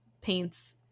paints